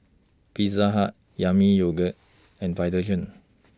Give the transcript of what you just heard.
Pizza Hut Yami Yogurt and Vitagen